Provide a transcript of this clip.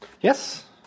Yes